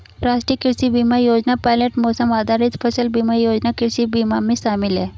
राष्ट्रीय कृषि बीमा योजना पायलट मौसम आधारित फसल बीमा योजना कृषि बीमा में शामिल है